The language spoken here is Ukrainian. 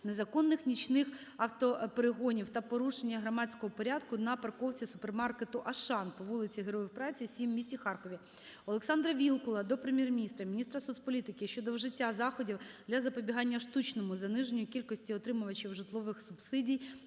незаконних нічних автоперегонів та порушення громадського порядку на парковці супермаркету "Ашан" по вулиці Героїв Праці, 7 в місті Харкові. Олександра Вілкула до Прем'єр-міністра, міністра соцполітики щодо вжиття заходів для запобігання штучному заниженню кількості отримувачів житлових субсидії,